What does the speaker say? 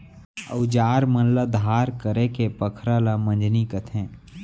अउजार मन ल धार करेके पखरा ल मंजनी कथें